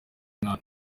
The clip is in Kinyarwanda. mwana